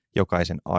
jokaisen